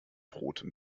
rotem